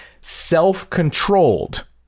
self-controlled